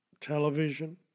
television